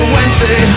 Wednesday